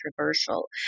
controversial